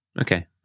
okay